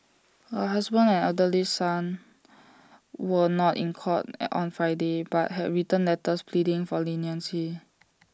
her husband and elderly son were not in court on Friday but had written letters pleading for leniency